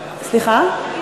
אני